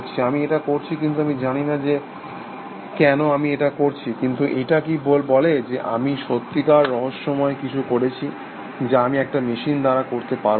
আমি এটা করেছি কিন্তু আমি জানি না কেন আমি এটা করেছি কিন্তু এটা কি বলে যে আমি সত্যিকার রহস্যময় কিছু করেছি যা আমি একটা মেশিন দ্বারা করতে পারব না